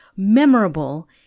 memorable